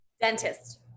Dentist